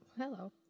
hello